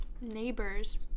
neighbors